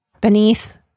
beneath